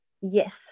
Yes